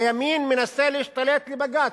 הימין מנסה להשתלט על בג"ץ,